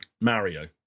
Mario